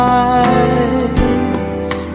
eyes